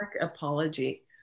apology